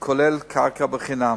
והמחיר כולל קרקע בחינם,